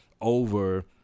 Over